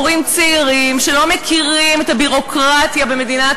הורים צעירים שלא מכירים את הביורוקרטיה במדינת